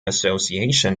association